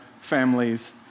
families